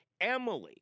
Emily